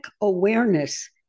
awareness